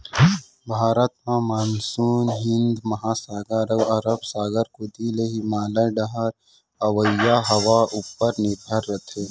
भारत म मानसून हिंद महासागर अउ अरब सागर कोती ले हिमालय डहर अवइया हवा उपर निरभर रथे